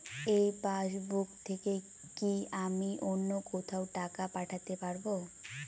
এই পাসবুক থেকে কি আমি অন্য কোথাও টাকা পাঠাতে পারব?